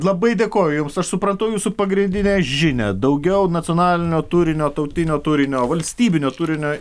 labai dėkoju jums aš supratau jūsų pagrindinę žinią daugiau nacionalinio turinio tautinio turinio valstybinio turinio